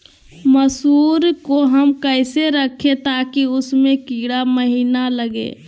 मसूर को हम कैसे रखे ताकि उसमे कीड़ा महिना लगे?